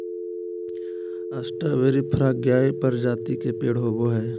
strawberry फ्रगार्य प्रजाति के पेड़ होव हई